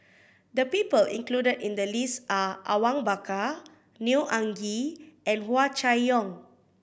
the people included in the list are Awang Bakar Neo Anngee and Hua Chai Yong